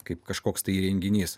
kaip kažkoks tai įrenginys